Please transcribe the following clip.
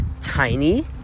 Tiny